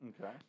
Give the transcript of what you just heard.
Okay